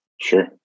Sure